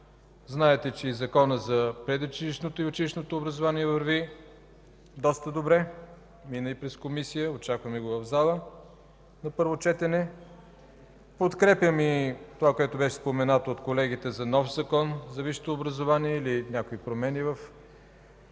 Знаете, че и Законът за предучилищното и училищното образование върви доста добре, мина и през Комисията, очакваме го в залата на първо четене. Подкрепям и това, което беше споменато от колегите за нов Закон за висшето образование, или някои промени в